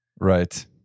Right